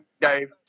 Dave